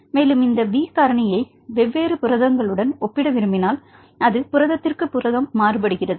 மேலும் இந்த B காரணியை வெவ்வேறு புரதங்களுடன் ஒப்பிட விரும்பினால் அது புரதத்திலிருந்து புரதத்திற்கு மாறுகிறது